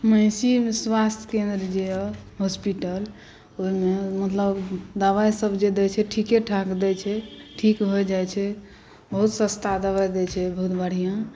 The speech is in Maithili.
महिषीमे स्वास्थ्य केन्द्र जे अइ हॉस्पिटल ओहिमे मतलब दबाइसभ जे दैत छै ठीके ठाक दैत छै ठीक भऽ जाइत छै बहुत सस्ता दबाइ दैत छै बहुत बढ़िआँ